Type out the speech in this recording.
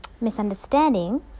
misunderstanding